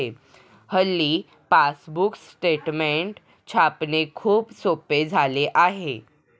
हल्ली passbook statement छापणे खूप सोपे झाले आहे